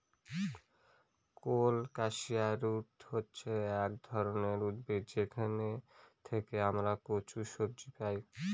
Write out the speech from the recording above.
colocasia root হচ্ছে এক ধরনের উদ্ভিদ যেখান থেকে আমরা কচু সবজি পাই